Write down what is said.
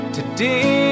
Today